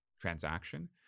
transaction